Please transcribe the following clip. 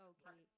Okay